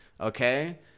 Okay